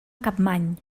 capmany